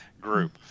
group